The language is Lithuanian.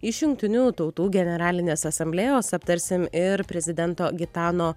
iš jungtinių tautų generalinės asamblėjos aptarsim ir prezidento gitano